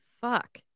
fuck